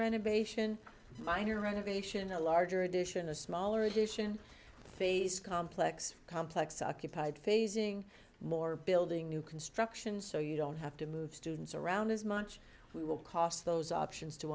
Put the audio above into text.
renovation minor renovation a larger addition a smaller addition face complex complex occupied phasing more building new construction so you don't have to move students around as much we will cost those options to